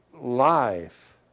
life